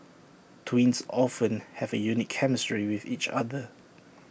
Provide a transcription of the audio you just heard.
twins often have A unique chemistry with each other